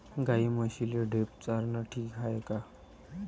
गाई म्हशीले ढेप चारनं ठीक हाये का?